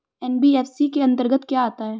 NBFC के अंतर्गत क्या आता है?